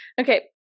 Okay